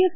S